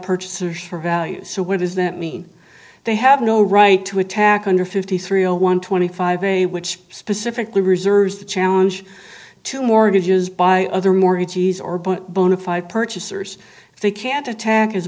purchasers for values so what does that mean they have no right to attack under fifty three zero one twenty five a which specifically reserves the challenge to mortgages by other mortgagees or bona fide purchasers if they can't attack as